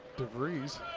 devries.